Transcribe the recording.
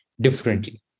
differently